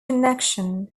connection